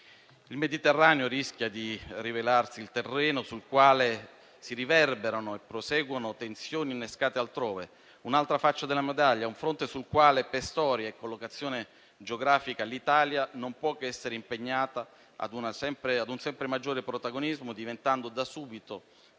Il Mediterraneo rischia di rivelarsi il terreno sul quale si riverberano e proseguono tensioni innescate altrove, un'altra faccia della medaglia, un fronte sul quale per storia e collocazione geografica l'Italia non può che essere impegnata in un sempre maggior protagonismo, diventando da subito